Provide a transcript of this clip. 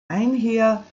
einher